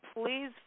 please